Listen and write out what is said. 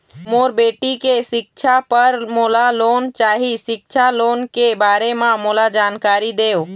मोर बेटी के सिक्छा पर मोला लोन चाही सिक्छा लोन के बारे म मोला जानकारी देव?